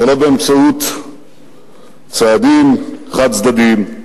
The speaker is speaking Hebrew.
ולא באמצעות צעדים חד-צדדיים.